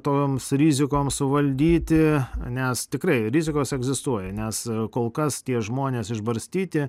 toms rizikoms suvaldyti nes tikrai rizikos egzistuoja nes kol kas tie žmonės išbarstyti